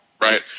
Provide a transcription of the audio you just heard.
right